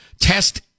Test